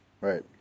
right